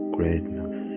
greatness